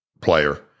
player